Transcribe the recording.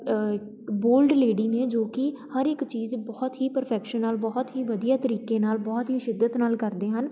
bold lady ਨੇ ਜੋ ਕਿ ਹਰ ਇੱਕ ਚੀਜ਼ ਬਹੁਤ ਹੀ ਪ੍ਰਫੈਕਸ਼ਨ ਬਹੁਤ ਹੀ ਵਧੀਆ ਤਰੀਕੇ ਨਾਲ ਬਹੁਤ ਹੀ ਸ਼ਿੱਦਤ ਨਾਲ ਕਰਦੇ ਹਨ